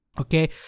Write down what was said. Okay